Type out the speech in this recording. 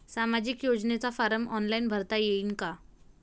सामाजिक योजनेचा form online भरता येईन का?